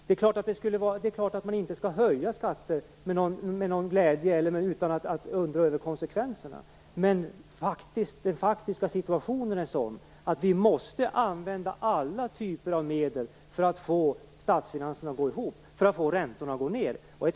Det är också klart att man inte skall höja skatter med glädje och utan att fundera på konsekvenserna. Men den faktiska situationen är sådan att vi måste använda alla typer av medel för att få statsfinanserna att gå ihop och för att få räntorna att gå ned.